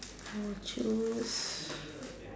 I would choose